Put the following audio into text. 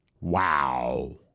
Wow